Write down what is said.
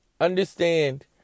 Understand